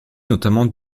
notamment